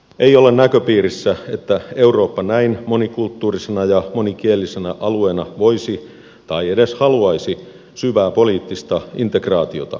ei ole näköpiirissä että eurooppa näin monikulttuurisena ja monikielisenä alueena voisi tai edes haluaisi saavuttaa syvää poliittista integraatiota